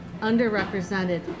underrepresented